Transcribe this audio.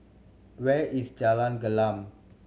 where is Jalan Gelam